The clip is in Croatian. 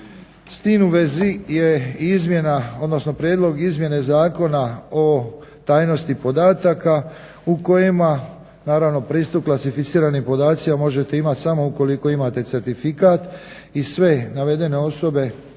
S tim u vezi je i izmjena odnosno prijedlog izmjene Zakona o tajnosti podataka u kojima naravno pristup klasificiranim podacima možete imati samo ukoliko imate certifikat i sve navedene osobe